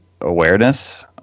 awareness